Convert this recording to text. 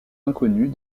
inconnus